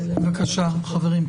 בבקשה, חברים.